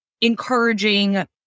encouraging